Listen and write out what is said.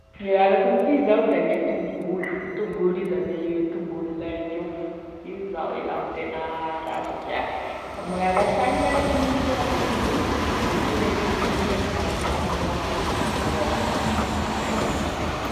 E halako amin'ity zao da gne tongolo, tongolo izy ame tongolo lay io, io zao e la amy tena raha satria magnano lasary igny anao ka nininao be tongolo da e tsirone tongolo igny e mizanogny farany anatine vavanao ao, zay zao e lalako.